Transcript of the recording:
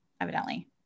Evidently